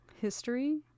history